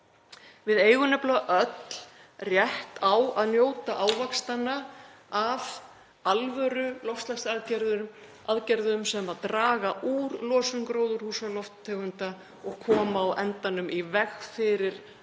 Við eigum nefnilega öll rétt á að njóta ávaxtanna af alvöruloftslagsaðgerðum sem draga úr losun gróðurhúsalofttegunda og koma á endanum í veg fyrir